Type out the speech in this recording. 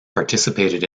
participated